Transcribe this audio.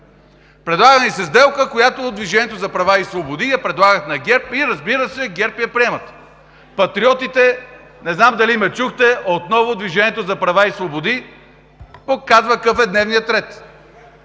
Предлага ни се сделка, която от „Движението за права и свободи“ я предлагат на ГЕРБ, и, разбира се, ГЕРБ я приемат. Патриотите, не знам дали ме чухте, „Движението за права и свободи“ отново казва какъв е дневният ред